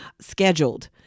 scheduled